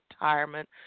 retirement